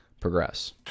progress